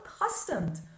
accustomed